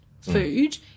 food